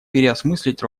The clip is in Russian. переосмыслить